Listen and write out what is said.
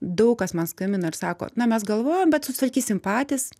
daug kas man skambina ir sako na mes galvojom bet susitvarkysim patys